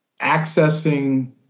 accessing